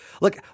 look